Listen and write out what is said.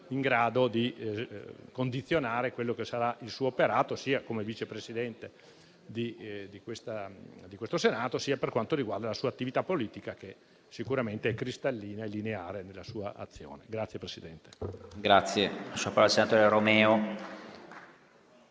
in grado di condizionare il suo operato sia come Vice Presidente del Senato, sia per quanto riguarda la sua attività politica, che sicuramente è cristallina e lineare nella sua azione.